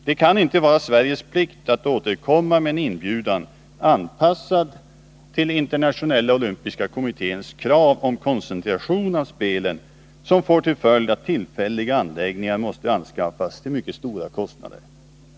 Det kan inte vara Sveriges plikt att återkomma med en inbjudan anpassad till Internationella olympiska kommitténs krav om koncentration av spelen som får till följd att tillfälliga anläggningar måste anskaffas till stora kostnader.